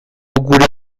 gure